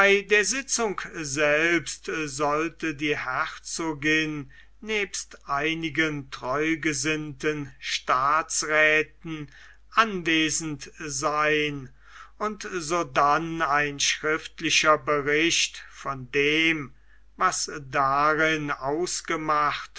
der sitzung selbst sollte die herzogin nebst einigen treugesinnten staatsräthen anwesend sein und sodann ein schriftlicher bericht von dem was darin ausgemacht